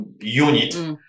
unit